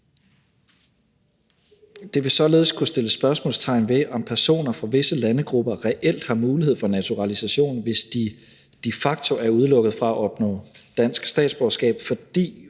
Det vil således kunne sætte spørgsmålstegn ved, om personer fra visse landegrupper reelt har mulighed for naturalisation, hvis de de facto er udelukket fra at opnå dansk statsborgerskab, fordi